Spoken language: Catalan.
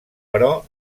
però